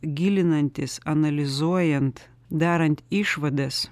gilinantis analizuojant darant išvadas